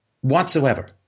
whatsoever